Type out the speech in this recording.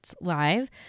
Live